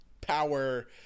power